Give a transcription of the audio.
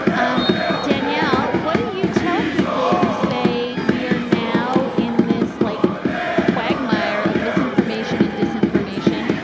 um danielle, what do you tell people who say we are now in this like quagmire of misinformation and disinformation?